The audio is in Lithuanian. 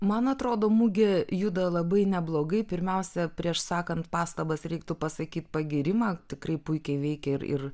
man atrodo mugė juda labai neblogai pirmiausia prieš sakant pastabas reiktų pasakyt pagyrimą tikrai puikiai veikė ir ir